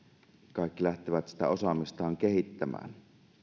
kaikki lähtevät sitä osaamistaan kehittämään